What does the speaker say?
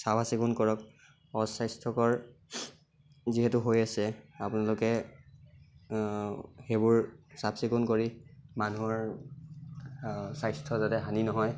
চাফ চিকুণ কৰক অ স্বাস্থ্য়কৰ যিহেতু হৈ আছে আপোনালোকে সেইবোৰ চাফ চিকুণ কৰি মানুহৰ স্বাস্থ্য় যাতে হানি নহয়